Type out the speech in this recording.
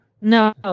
No